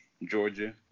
Georgia